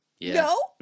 No